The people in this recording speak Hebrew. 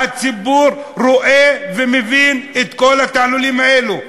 הציבור רואה ומבין את כל התעלולים האלה.